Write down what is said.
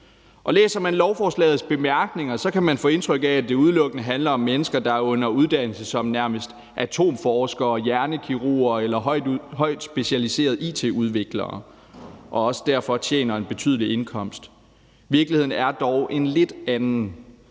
Læser man lovforslagets bemærkninger, kan man få indtryk af, at det udelukkende handler om mennesker, der nærmest er under uddannelse til atomforskere, hjernekirurger eller højt specialiserede it-udviklere og også derfor tjener til en betydelig indkomst. Virkeligheden er dog en lidt anden.